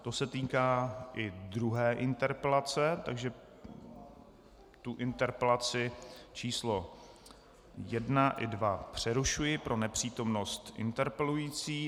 To se týká i druhé interpelace, takže interpelaci číslo 1 i 2 přerušuji pro nepřítomnost interpelující.